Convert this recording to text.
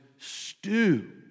stew